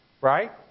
right